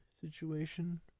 situation